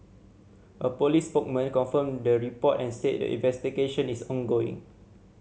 a police spokesman confirmed the report and said the investigation is ongoing